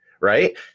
right